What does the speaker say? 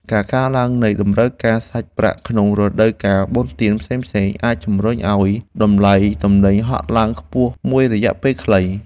ការកើនឡើងនៃតម្រូវការសាច់ប្រាក់ក្នុងរដូវកាលបុណ្យទានផ្សេងៗអាចជម្រុញឱ្យតម្លៃទំនិញហក់ឡើងខ្ពស់មួយរយៈខ្លី។